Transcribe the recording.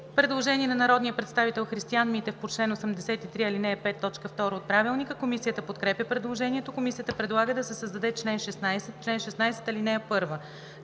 Предложение на народния представител Христиан Митев по чл. 83, ал. 5, т. 2 от Правилника. Комисията подкрепя предложението. Комисията предлага да се създаде чл. 16: „Чл. 16. (1)